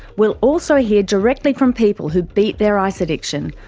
we'll also hear directly from people who beat their ice addiction,